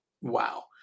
wow